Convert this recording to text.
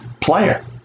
player